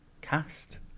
cast